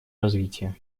развития